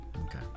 Okay